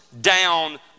down